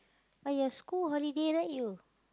but your school holiday right you